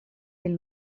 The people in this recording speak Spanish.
del